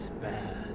bad